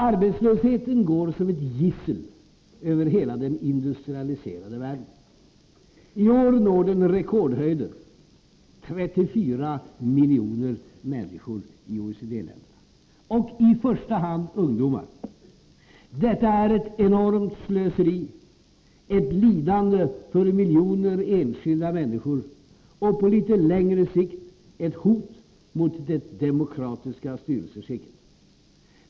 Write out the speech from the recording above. Arbetslösheten går som ett gissel över hela den industrialiserade världen. I år når den rekordhöjder: 34 miljoner människor i OECD-länderna, i första hand ungdomar. Detta är ett enormt slöseri, ett lidande för miljoner enskilda människor och på litet längre sikt ett hot mot det demokratiska styrelseskicket.